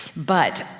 but,